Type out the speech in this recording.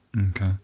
Okay